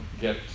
get